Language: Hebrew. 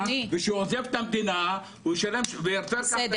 וכשהוא עוזב את המדינה וירצה לקחת את